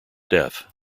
death